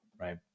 right